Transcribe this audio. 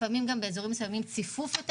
לפעמים גם באזורים מסוימים ציפוף יותר